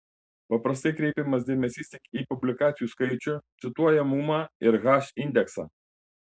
paprastai kreipiamas dėmesys tik į publikacijų skaičių cituojamumą ir h indeksą